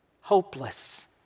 hopeless